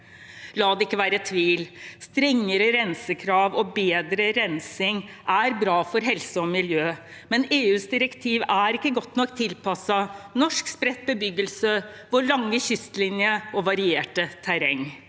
La det ikke være noen tvil: Strengere rensekrav og bedre rensing er bra for hel se og miljø, men EUs direktiv er ikke godt nok tilpasset norsk spredt bebyggelse, vår lange kystlinje og vårt varierte terreng.